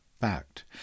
Fact